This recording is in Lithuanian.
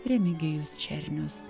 remigijus černius